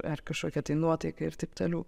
ar kažkokią tai nuotaiką ir taip toliau